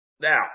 Now